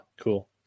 cool